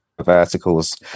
verticals